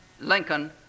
Lincoln